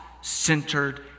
centered